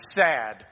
sad